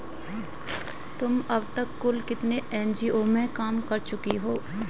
तुम अब तक कुल कितने एन.जी.ओ में काम कर चुकी हो?